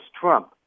trump